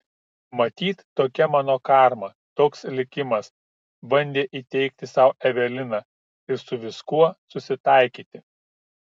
matyt tokia mano karma toks likimas bandė įteigti sau evelina ir su viskuo susitaikyti